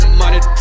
money